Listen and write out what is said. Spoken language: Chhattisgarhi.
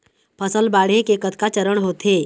फसल बाढ़े के कतका चरण होथे?